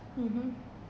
mmhmm